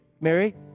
Mary